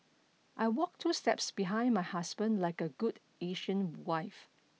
I walk two steps behind my husband like a good Asian wife